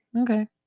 Okay